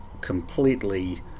completely